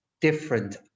different